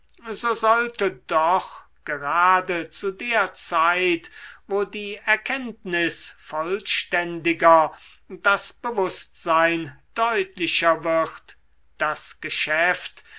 sollte doch gerade zu der zeit wo die erkenntnis vollständiger das bewußtsein deutlicher wird das geschäft